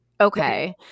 Okay